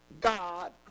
God